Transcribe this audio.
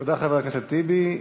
תודה, חבר הכנסת טיבי.